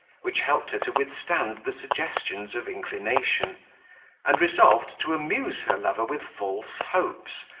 which helped her to withstand the suggestions of inclination and resolved to amuse her lover with false hopes,